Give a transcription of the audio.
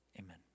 Amen